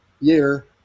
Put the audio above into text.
year